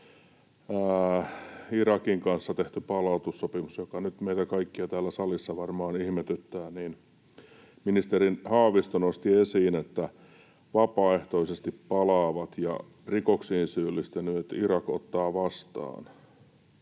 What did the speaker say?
Irakin kanssa tehty palautussopimus, joka nyt meitä kaikkia täällä salissa varmaan ihmetyttää: Ministeri Haavisto nosti esiin, että vapaaehtoisesti palaavat ja rikoksiin syyllistyneet Irak ottaa vastaan.